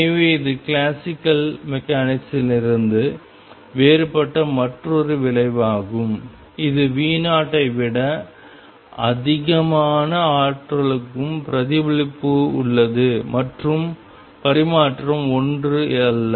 எனவே இது கிளாசிக்கல் மெக்கானிக்கிலிருந்து வேறுபட்ட மற்றொரு விளைவாகும் இது V0 ஐ விட அதிகமான ஆற்றலுக்கும் பிரதிபலிப்பு உள்ளது மற்றும் பரிமாற்றம் 1 அல்ல